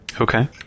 Okay